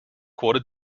quarter